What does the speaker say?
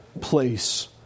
place